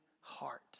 heart